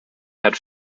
had